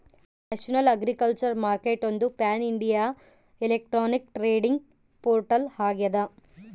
national agriculture ಮಾರ್ಕೆಟ್ಒಂದು pan India electronic trading portal ಆಗ್ಯದ